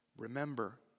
Remember